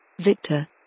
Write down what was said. Victor